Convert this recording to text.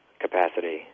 capacity